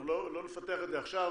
אנחנו לא נפתח את זה עכשיו.